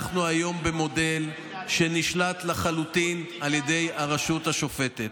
אנחנו היום במודל שנשלט לחלוטין על ידי הרשות השופטת.